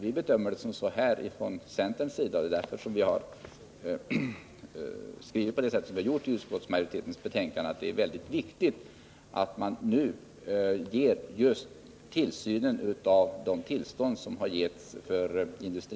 Vi bedömer det så från centerns sida, och det är därför vi i utskottsmajoriteten har skrivit på det sätt vi har gjort i betänkandet, nämligen att det är mycket viktigt att just tillsynen över industriell verksamhet nu ges högsta prioritet.